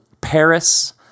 Paris